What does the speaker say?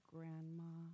Grandma